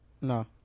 No